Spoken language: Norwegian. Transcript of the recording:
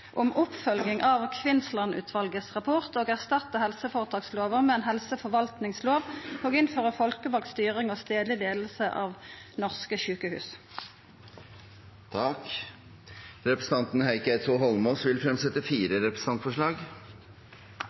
om oppfølging av Kvinnsland-utvalets rapport og erstatta helseføretaksloven med ein helseforvaltingslov og innføra folkevald styring og stadleg leiing av norske sjukehus. Representanten Heikki Eidsvoll Holmås vil fremsette fire representantforslag.